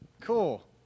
cool